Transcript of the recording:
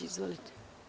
Izvolite.